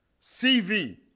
CV